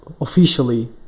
officially